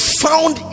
found